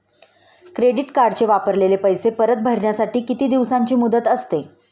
Credit कार्डचे वापरलेले पैसे परत भरण्यासाठी किती दिवसांची मुदत असते?